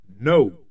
No